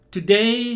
Today